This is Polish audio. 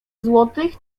złotych